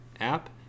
app